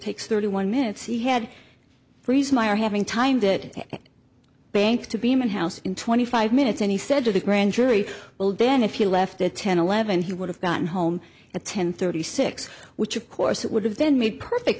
takes thirty one minutes he had reason why are having timed it bank to be in house in twenty five minutes and he said to the grand jury well then if you left at ten eleven he would have gotten home at ten thirty six which of course it would have been made perfect